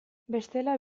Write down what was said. bestela